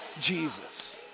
Jesus